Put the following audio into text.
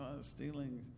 stealing